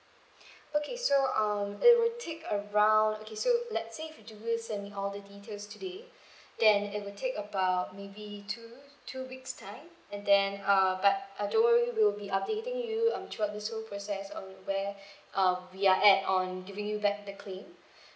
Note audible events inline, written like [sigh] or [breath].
[breath] okay so um it will take around okay so let's say if you do you send me all the details today [breath] then it will take about maybe two two weeks time and then uh but uh don't worry we'll be updating you um throughout this whole process on where [breath] um we are at on giving you back the claim